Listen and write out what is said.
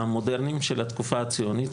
המודרניים של התקופה הציונית,